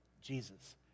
Jesus